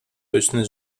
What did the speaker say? точно